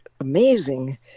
amazing